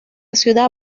ciudad